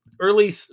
early